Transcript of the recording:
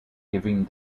giving